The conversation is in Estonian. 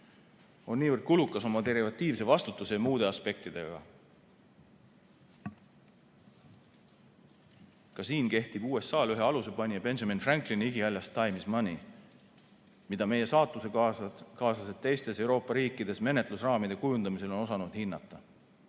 on niivõrd kulukas oma derivatiivse vastutuse ja muude aspektidega. Ka siin kehtib USA ühe alusepanija Benjamin Franklini igihaljasTime is money, mida meie saatusekaaslased teistes Euroopa riikides menetlusraamide kujundamisel on osanud hinnata.